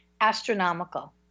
astronomical